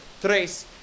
tres